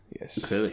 yes